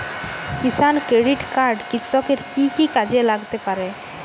কিষান credit card কৃষকের কি কি কাজে লাগতে পারে?